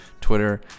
Twitter